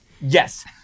Yes